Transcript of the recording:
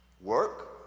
Work